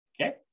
Okay